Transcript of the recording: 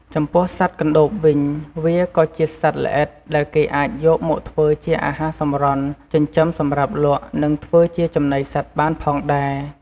ចំពោះសត្វកណ្តូបវិញ វាក៏ជាសត្វល្អិតដែលគេអាចយកមកធ្វើជាអាហារសម្រន់ ចិញ្ចឹមសម្រាប់លក់ និងធ្វើជាចំណីសត្វបានផងដែរ។